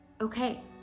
Okay